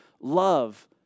love